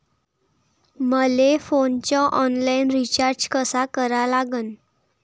मले फोनचा online recharge कसा करा लागन?